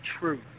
truth